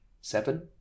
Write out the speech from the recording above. seven